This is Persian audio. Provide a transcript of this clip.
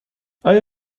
آیا